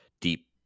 deep